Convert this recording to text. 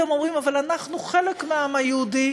והם אומרים: אנחנו חלק מהעם היהודי,